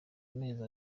amezi